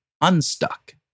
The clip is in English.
unstuck